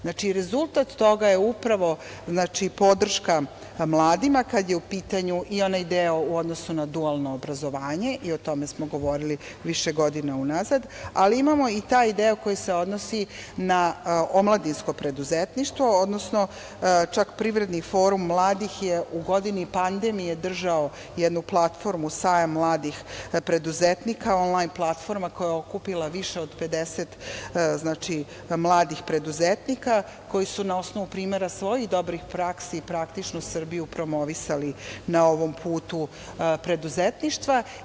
Znači, rezultat toga je upravo podrška mladima kada je u pitanju i onaj deo u odnosu na dualno obrazovanje i o tome smo govorili više godina unazad, ali imamo i taj deo koji se odnosi na omladinsko preduzetništvo, odnosno čak Privredni forum mladih je u godini pandemije držao jednu platformu „Sajam mladih preduzetnika“ onlajn platforma koja je okupila više od 50 mladih preduzetnika koji su na osnovu primera svojih dobrih praksi praktično Srbiju promovisali na ovom putu preduzetništva.